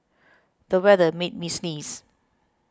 the weather made me sneeze